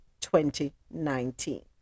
2019